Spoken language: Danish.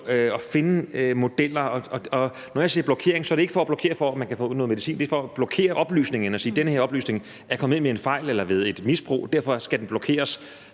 at finde modeller. Når jeg siger blokering, er det ikke for at blokere for, at man kan få noget medicin; det er for at blokere oplysningen og sige, at den her oplysning er kommet ind ved en fejl eller ved et misbrug, og derfor skal den blokeres